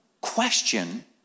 question